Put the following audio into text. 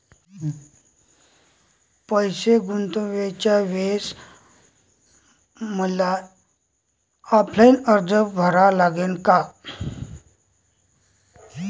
पैसे गुंतवाच्या वेळेसं मले ऑफलाईन अर्ज भरा लागन का?